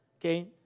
okay